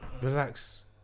Relax